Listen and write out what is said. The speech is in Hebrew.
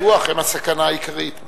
בטוח, הם הסכנה העיקרית.